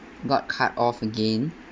got cut off again